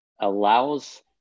allows